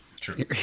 True